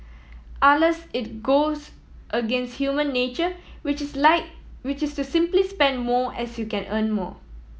alas it goes against human nature which is which is to simply spend more as you earn more